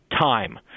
time